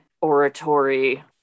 oratory